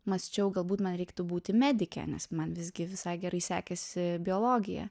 mąsčiau galbūt man reiktų būti medike nes man visgi visai gerai sekėsi biologija